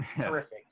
Terrific